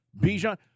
Bijan